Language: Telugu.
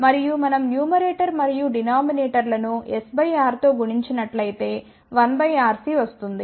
మరియు మనం న్యూమరేటర్ మరియు డినామినేటర్ లను s R తో గుణించినట్లైతే 1 RC వస్తుంది